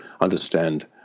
understand